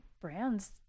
brands